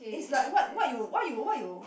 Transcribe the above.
is like what what you what you what you